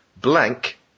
Blank